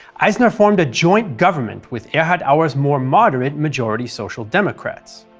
eisner formed a joint government with erhard auer's more moderate majority social democrats.